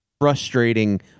frustrating